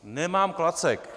Nemám klacek.